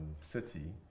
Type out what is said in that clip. city